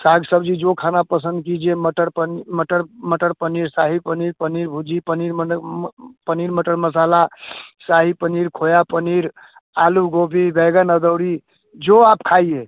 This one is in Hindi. साग सब्ज़ी जो खाना पसंद कीजिए मटर पनी मटर मटर पनीर शाही पनीर पनीर भुरजी पनीर माने पनीर मटर मसाला शाही पनीर खोया पनीर आलू गोभी बैंगन अदौरी जो आप खाइए